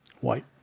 white